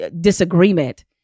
disagreement